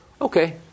Okay